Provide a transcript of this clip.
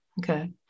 Okay